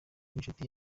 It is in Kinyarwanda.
w’inshuti